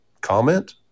comment